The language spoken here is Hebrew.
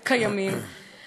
למרות הלוליינות המשפטית,